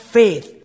faith